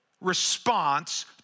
response